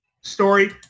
story